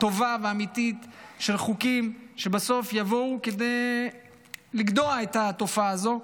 טובה ואמיתית של חוקים שבסוף יבואו כדי לגדוע את התופעה הזאת,